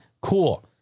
cool